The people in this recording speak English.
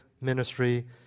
ministry